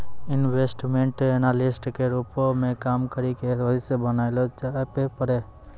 investment analyst के रूपो मे काम करि के भविष्य बनैलो जाबै पाड़ै